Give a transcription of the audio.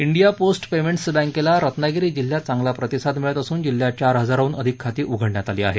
India post payments बँकेला रत्नागिरी जिल्ह्यात चांगला प्रतिसाद मिळत असून जिल्ह्यात चार हजाराहन अधिक खाती उघडण्यात आली आहेत